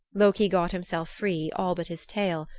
loki got himself free all but his tail,